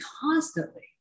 constantly